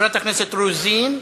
חברת הכנסת רוזין,